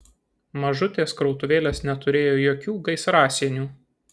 mažutės krautuvėlės neturėjo jokių gaisrasienių